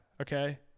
Okay